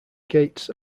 gates